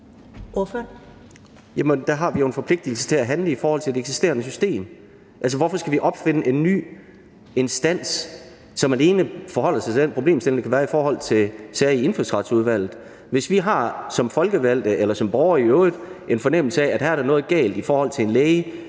der har vi jo en forpligtelse til at handle i forhold til det eksisterende system. Hvorfor skal vi opfinde en ny instans, som alene forholder sig til den problemstilling, der kan være i forhold til sager i Indfødsretsudvalget? Hvis vi som folkevalgte eller som borgere i øvrigt har en fornemmelse af, at der her er noget galt i forhold til en læge,